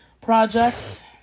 projects